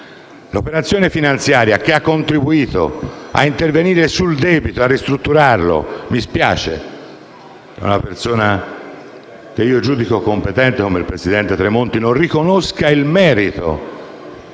operazione finanziaria che ha contribuito ad intervenire sul debito e a ristrutturarlo. Mi spiace che una persona che giudico competente come il presidente Tremonti non riconosca il merito